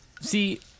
See